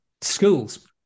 schools